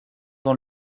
dans